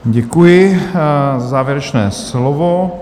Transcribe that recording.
Děkuji za závěrečné slovo.